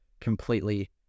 completely